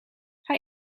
hij